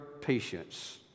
patience